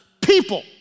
people